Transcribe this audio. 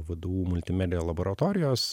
vdu multimedija laboratorijos